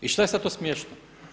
I šta je sad to smiješno?